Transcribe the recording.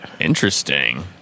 Interesting